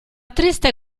triste